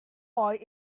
boy